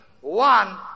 one